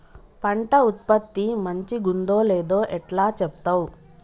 పంట ఉత్పత్తి మంచిగుందో లేదో ఎట్లా చెప్తవ్?